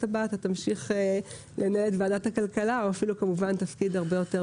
הבאה תמשיך לנהל את ועדת הכלכלה או אפילו תפקיד הרבה יותר